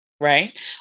Right